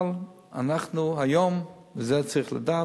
אבל אנחנו היום, וזה צריך לדעת,